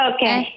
Okay